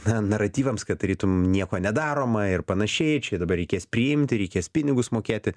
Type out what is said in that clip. na naratyvams kad tarytum nieko nedaroma ir panašiai čia jį dabar reikės priimti reikės pinigus mokėti